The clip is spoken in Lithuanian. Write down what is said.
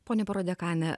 ponia prodekane